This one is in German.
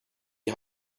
die